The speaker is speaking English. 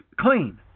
clean